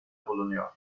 bulunuyor